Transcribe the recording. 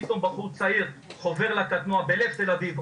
פתאום בחור צעיר חובר לקטנוע בלב תל אביב,